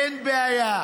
אין בעיה.